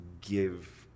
give